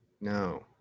No